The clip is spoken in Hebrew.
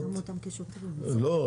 לא,